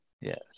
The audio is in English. Yes